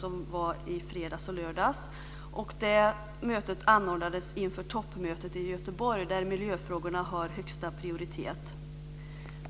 Det hölls i fredags och lördags och anordnades inför toppmötet i Göteborg, där miljöfrågorna har högsta prioritet.